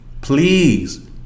Please